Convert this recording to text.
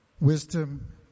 Wisdom